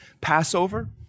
Passover